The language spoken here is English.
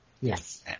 Yes